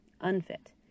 Unfit